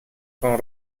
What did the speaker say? con